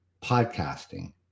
podcasting